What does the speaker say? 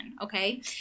okay